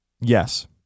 Yes